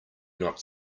not